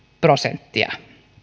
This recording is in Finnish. prosenttia